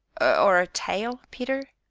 or a tail, peter?